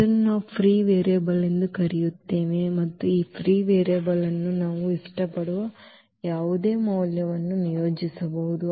ಇದನ್ನು ನಾವು free variable ಎಂದು ಕರೆಯುತ್ತೇವೆ ಮತ್ತು ಈ ಫ್ರೀ ವೇರಿಯೇಬಲ್ ಅನ್ನು ನಾವು ಇಷ್ಟಪಡುವ ಯಾವುದೇ ಮೌಲ್ಯವನ್ನು ನಿಯೋಜಿಸಬಹುದು